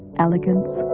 elegance,